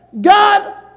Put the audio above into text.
God